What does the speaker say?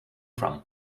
from